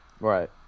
Right